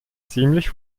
ziemlich